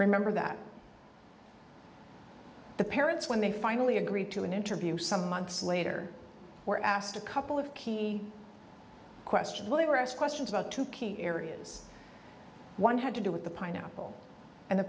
remember that the parents when they finally agreed to an interview some months later were asked a couple of key questions they were asked questions about two key areas one had to do with the pineapple and the